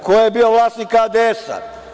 Ko je bio vlasnik ADS?